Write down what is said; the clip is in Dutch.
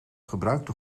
gebruikte